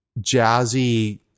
jazzy